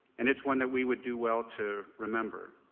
and it's one that we would do well to remember.